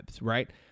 right